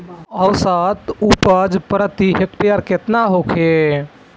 औसत उपज प्रति हेक्टेयर केतना होखे?